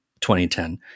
2010 –